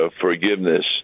forgiveness